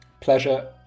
Pleasure